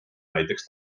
näiteks